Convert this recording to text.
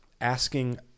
asking